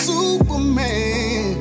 Superman